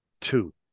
two